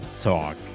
Talk